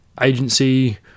agency